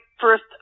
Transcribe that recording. first